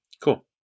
Cool